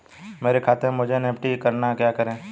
मेरे खाते से मुझे एन.ई.एफ.टी करना है क्या करें?